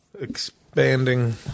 expanding